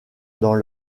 dans